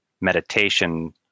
meditation